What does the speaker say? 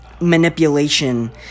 manipulation